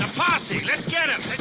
ah posse. let's get them.